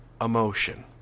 emotion